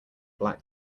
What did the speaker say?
black